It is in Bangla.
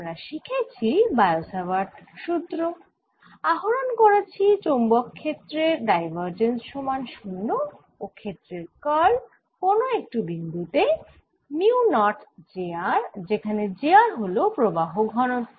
আমরা শিখেছি বায়ো স্যাভার্ট উপপাদ্য আহরণকরেছি চৌম্বক ক্ষেত্রের ডাইভার্জেন্স সমান 0 ও ক্ষেত্রের কার্ল কোন একটি বিন্দু তে মিউ নট j r যেখানে j r হল প্রবাহ ঘনত্ব